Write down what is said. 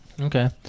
Okay